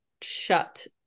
shut